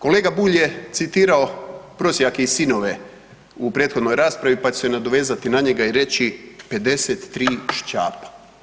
Kolega Bulj je citirao „Prosjake i sinove“ u prethodnoj raspravi pa ću se nadovezati na njega i reći 53 šćapa.